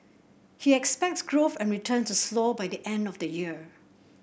he expects growth and returns to slow by the end of the year